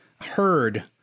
heard